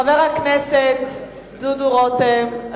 חבר הכנסת דודו רותם.